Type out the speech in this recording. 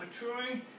maturing